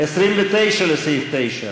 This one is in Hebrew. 29, לסעיף 9?